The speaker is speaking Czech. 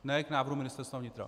Ne k návrhu Ministerstva vnitra.